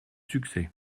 succès